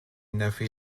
nephi